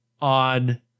on